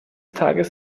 tages